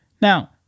Now